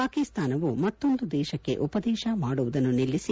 ಪಾಕಿಸ್ತಾನವು ಮತ್ತೊಂದು ದೇಶಕ್ಕೆ ಉಪದೇಶ ಮಾಡುವುದನ್ನು ನಿಲ್ಲಿಸಿ